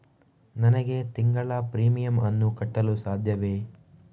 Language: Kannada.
ನನಗೆ ತಿಂಗಳ ಪ್ರೀಮಿಯಮ್ ಅನ್ನು ಕಟ್ಟಲು ಸಾಧ್ಯವೇ?